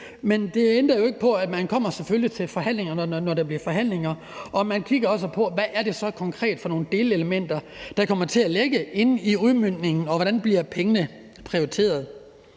men det ændrer jo ikke på, at man selvfølgelig kommer til forhandlingerne, når der bliver forhandlinger, og at man også kigger på, hvad det så konkret er for nogle delelementer, der kommer til at ligge inden for udmøntningen, og hvordan pengene bliver prioriteret.